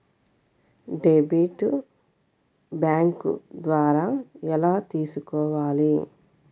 Debit bank ద్వారా ఎలా తీసుకోవాలి?